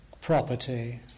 property